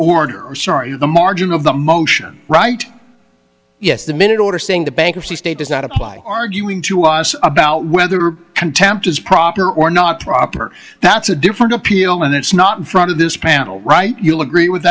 or sorry the margin of the motion right yes the minute order saying the bankruptcy state does not apply arguing to us about whether contempt is proper or not proper that's a different appeal and it's not in front of this panel right you'll agree with